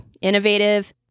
innovative